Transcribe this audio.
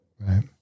Right